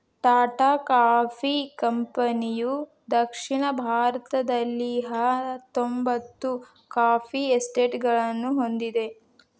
Tata coffee ಕಂಪನಿಯುದಕ್ಷಿಣ ಭಾರತದಲ್ಲಿಹತ್ತೊಂಬತ್ತು coffee ಎಸ್ಟೇಟ್ಗಳನ್ನು ಹೊಂದಿದೆ